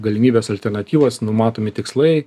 galimybės alternatyvos numatomi tikslai